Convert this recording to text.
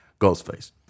Ghostface